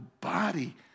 body